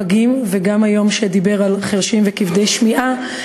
גם יום הפגים וגם היום בנושא חירשים וכבדי שמיעה,